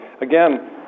Again